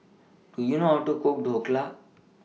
Do YOU know How to Cook Dhokla